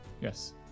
Yes